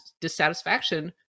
dissatisfaction